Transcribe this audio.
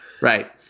right